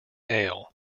ale